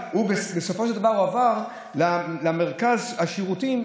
בסופו של דבר הוא הועבר למרכז השירותים,